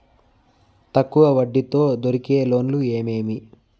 తక్కువ వడ్డీ తో దొరికే లోన్లు ఏమేమీ?